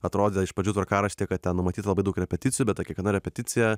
atrodė iš pradžių tvarkaraštyje kad ten numatyta labai daug repeticijų bet kiekviena repeticija